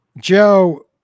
Joe